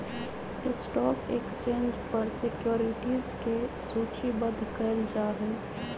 stock exchange पर securities के सूचीबद्ध कयल जाहइ